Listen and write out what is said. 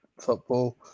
football